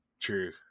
True